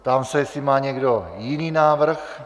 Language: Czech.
Ptám se, jestli má někdo jiný návrh.